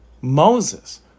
Moses